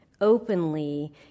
openly